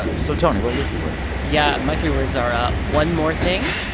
but so, tony, what are your three words? yeah, my three words are ah one more thing,